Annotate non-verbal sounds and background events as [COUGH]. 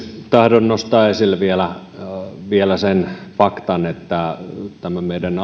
[UNINTELLIGIBLE] tahdon nostaa esille vielä vielä sen faktan että meidän [UNINTELLIGIBLE]